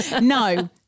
No